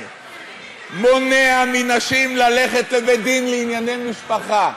מונע מנשים ללכת לבית-דין לענייני משפחה.